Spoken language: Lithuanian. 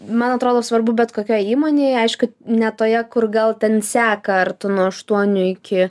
man atrodo svarbu bet kokioj įmonėj aišku ne toje kur gal ten seka ar tu nuo aštuonių iki